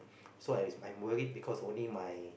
so I I'm worried because only my